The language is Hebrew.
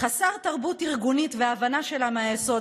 חסר תרבות ארגונית והבנה שלה מהיסוד,